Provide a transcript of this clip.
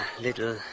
little